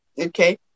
Okay